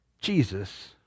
Jesus